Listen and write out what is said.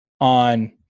on